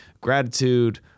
gratitude